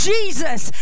Jesus